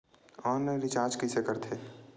Online recharge कइसे करथे?